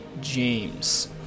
James